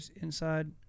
inside